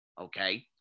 okay